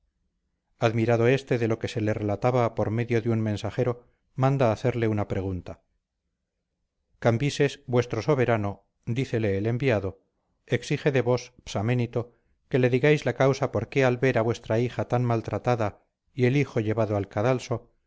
admirado éste de lo que se le relataba por medio de un mensajero manda hacerle una pregunta cambises vuestro soberano dícele el enviado exige de vos psaménito que le digáis la causa por qué al ver a vuestra hija tan maltratada y el hijo llevado al